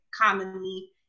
commonly